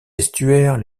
estuaires